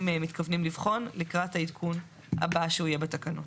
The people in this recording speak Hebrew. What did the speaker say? מתכוונים לבחון לקראת העדכון הבא שיהיה בתקנות.